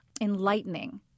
enlightening